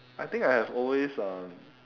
I think I have always um